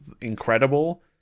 incredible